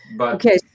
Okay